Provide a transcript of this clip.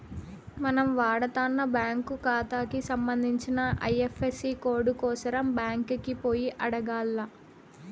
మనం వాడతన్న బ్యాంకు కాతాకి సంబంధించిన ఐఎఫ్ఎసీ కోడు కోసరం బ్యాంకికి పోయి అడగాల్ల